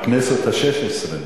בכנסת השש-עשרה,